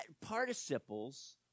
participles